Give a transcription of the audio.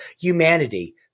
humanity